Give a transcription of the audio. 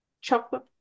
Chocolate